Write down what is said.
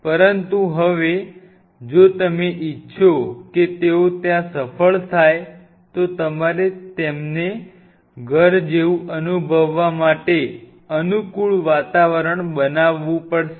પરંતુ હવે જો તમે ઇચ્છો કે તેઓ ત્યાં સફળ થાય તો તમારે તેમને ઘર જેવું અનુભવવા માટે અનુકૂળ વાતાવરણ બનાવવું પડશે